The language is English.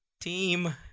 Team